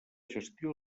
gestió